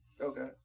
Okay